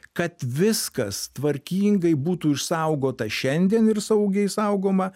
kad viskas tvarkingai būtų išsaugota šiandien ir saugiai saugoma